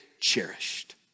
cherished